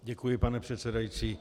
Děkuji, pane předsedající.